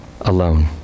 alone